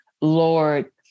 Lord